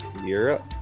Europe